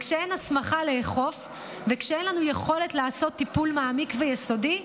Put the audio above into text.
כשאין הסמכה לאכוף וכשאין לנו יכולת לעשות טיפול מעמיק ויסודי,